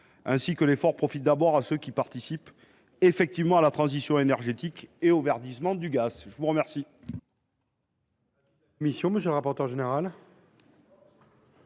faut que l’effort profite d’abord à ceux qui participent effectivement à la transition énergétique et au verdissement du gaz. Quel